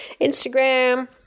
Instagram